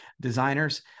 designers